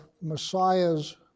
Messiah's